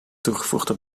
toevoegde